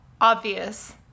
obvious